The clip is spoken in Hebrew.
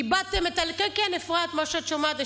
איבדתם את, כן, כן, אפרת, מה שאת שומעת.